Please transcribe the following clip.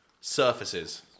surfaces